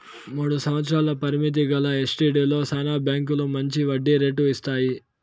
మూడు సంవత్సరాల పరిమితి గల ఎస్టీడీలో శానా బాంకీలు మంచి వడ్డీ రేటు ఇస్తాయి